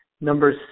number